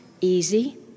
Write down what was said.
easy